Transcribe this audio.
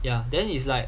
ya then is like